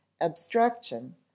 abstraction